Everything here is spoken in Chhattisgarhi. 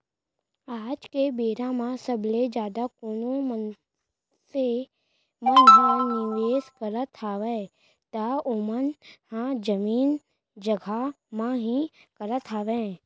आज के बेरा म सबले जादा कोनो मनसे मन ह निवेस करत हावय त ओमन ह जमीन जघा म ही करत हावय